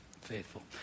faithful